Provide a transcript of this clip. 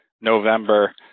November